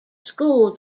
school